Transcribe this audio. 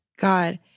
God